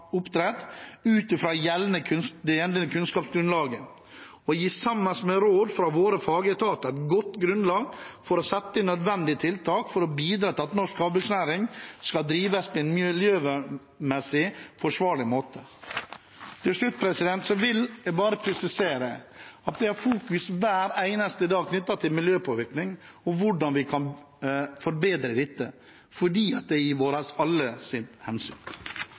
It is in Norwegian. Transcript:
det gjeldende kunnskapsgrunnlaget, og gir sammen med råd fra våre fagetater et godt grunnlag for å sette inn nødvendige tiltak for å bidra til at norsk havbruksnæring drives på en miljømessig forsvarlig måte. Til slutt vil jeg bare presisere at jeg hver eneste dag fokuserer på miljøpåvirkning og på hvordan vi kan forbedre dette, fordi det er i vår